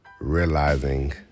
realizing